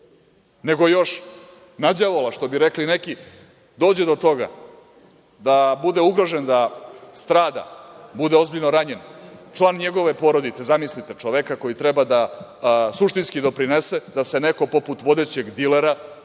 nego još na đavola, što bi neki rekli, dođe do toga da bude ugrožen, da strada, bude ozbiljno ranjen član njegove porodice. Zamislite čoveka koji treba suštinski da doprinese da se neko poput vodećeg dilera nađe